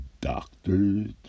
doctors